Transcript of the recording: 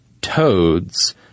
toads